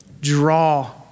Draw